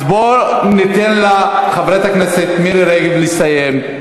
אז בואו ניתן לחברת הכנסת מירי רגב לסיים.